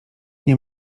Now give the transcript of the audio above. nie